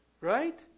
right